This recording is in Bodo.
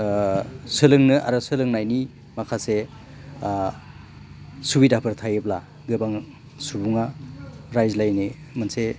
सोलोंनो आरो सोलोंनायनि माखासे सुबिदाफोर थायोब्ला गोबां सुबुङा रायज्लायनो मोनसे